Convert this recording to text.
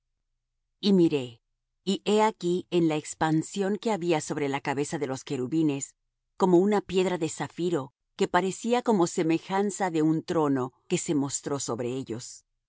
y miré y he aquí en la expansión que había sobre la cabeza de los querubines como una piedra de zafiro que parecía como semejanza de un trono que se mostró sobre ellos